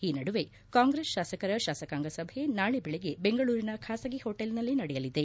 ಈ ನಡುವೆ ಕಾಂಗ್ರೆಸ್ ಶಾಸಕರ ಶಾಸಕಾಂಗ ಸಭೆ ನಾಳೆ ಬೆಳಗ್ಗೆ ಬೆಂಗಳೂರಿನ ಖಾಸಗಿ ಹೋಟೆಲ್ನಲ್ಲಿ ನಡೆಯಲಿದೆ